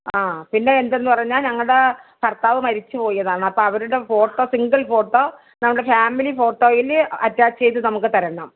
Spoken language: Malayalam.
ആ പിന്നെ എന്തെന്ന് പറഞ്ഞാൽ ഞങ്ങളുടെ ഭർത്താവ് മരിച്ചു പോയതാണ് അപ്പം അവരുടെ ഫോട്ടോ സിംഗിൾ ഫോട്ടോ നമ്മുടെ ഫാമിലി ഫോട്ടോയിൽ അറ്റാച്ച് ചെയ്ത് നമുക്ക് തരണം